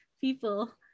people